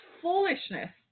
foolishness